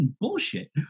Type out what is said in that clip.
bullshit